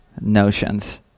notions